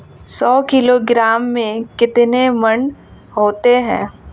सौ किलोग्राम में कितने मण होते हैं?